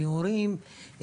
מהורים,